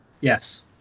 Yes